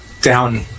down